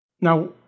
Now